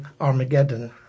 Armageddon